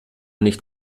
nicht